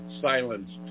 silenced